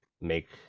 make